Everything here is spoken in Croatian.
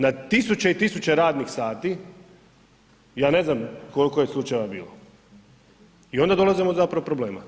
Na tisuće i tisuće radnih sati, ja ne znam koliko je slučajeva bilo i onda dolazimo zapravo do problema.